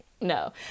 no